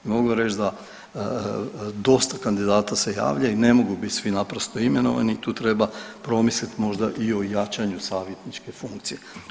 I mogu reći da dosta kandidata se javlja i ne mogu bit svi naprosto imenovani i tu treba promislit možda i o jačanju savjetničke funkcije.